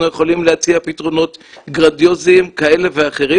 יכולים להציע פתרונות גרנדיוזיים כאלה ואחרים,